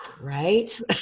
Right